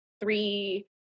three